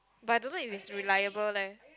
but I don't know if is reliable leh